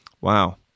Wow